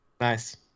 Nice